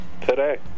Today